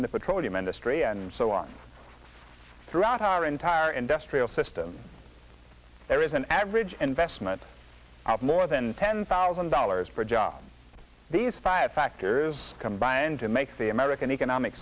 the petroleum industry and so on throughout our entire industrial system there is an average investment of more than ten thousand dollars per job these five factors combined to make the american economic